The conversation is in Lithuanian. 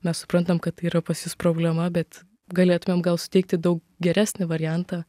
mes suprantam kad tai yra pas jus problema bet galėtumėm gal suteikti daug geresnį variantą